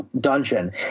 dungeon